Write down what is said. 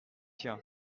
tien